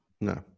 No